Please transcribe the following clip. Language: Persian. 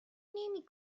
نمی